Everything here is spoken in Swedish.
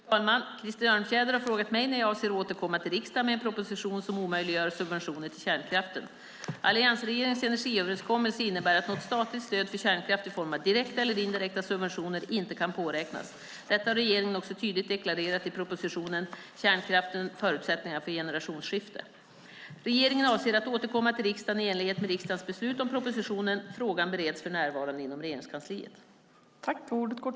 Fru talman! Krister Örnfjäder har frågat mig när jag avser att återkomma till riksdagen med en proposition som omöjliggör subventioner till kärnkraften. Alliansregeringens energiöverenskommelse innebär att något statligt stöd för kärnkraft, i form av direkta eller indirekta subventioner, inte kan påräknas. Detta har regeringen också tydligt deklarerat i proposition 2009/10:172 Kärnkraften - förutsättningar för generationsskifte . Regeringen avser att återkomma till riksdagen i enlighet med riksdagens beslut om propositionen. Frågan bereds för närvarande inom Regeringskansliet.